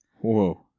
Whoa